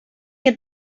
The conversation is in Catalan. que